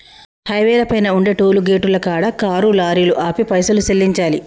హైవేల పైన ఉండే టోలుగేటుల కాడ కారు లారీలు ఆపి పైసలు సెల్లించాలి